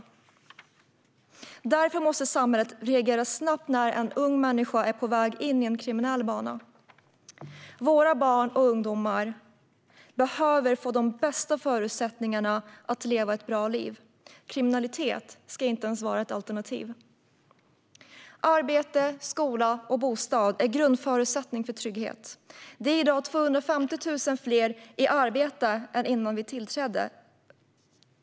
Därför måste samhället reagera snabbt när en ung människa är på väg in på en kriminell bana. Våra barn och ungdomar behöver få de bästa förutsättningarna att leva ett bra liv - kriminalitet ska inte ens vara ett alternativ. Arbete, skola och bostad är grundförutsättningar för trygghet. Det är i dag 250 000 fler i arbete än innan vi tillträdde.